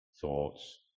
thoughts